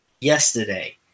yesterday